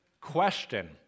question